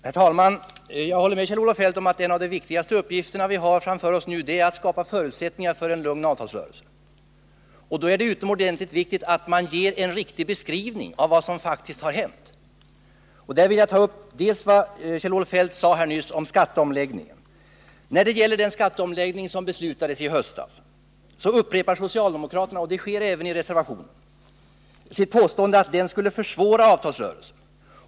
Herr talman! Jag håller med Kjell-Olof Feldt om att en av de viktigaste uppgifterna vi har framför oss är att skapa förutsättningar för en lugn avtalsrörelse. Då är det utomordentligt viktigt att ge en riktig beskrivning av vad som faktiskt har hänt. Där vill jag ta upp frågan om den skatteomläggning — Kjell-Olof Feldt berörde den — som beslutades i höstas. Socialdemokraterna upprepar, även i reservationen, sitt påstående att den kommer att försvåra avtalsrörelsen.